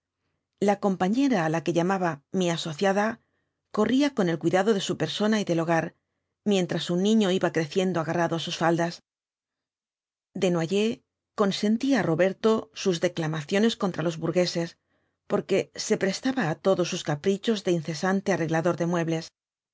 la compañera á la que llamaba mi asociada corría con el cuidado de su persona y del hogar mientras un niño iba creciendo agarrado á sus faldas desnoyers consentía á roberto sus declamaciones contra los burgueses porque se prestaba á todos sus caprichos de incesante arreglador de muebles